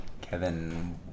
Kevin